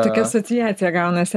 tokia asociacija gaunasi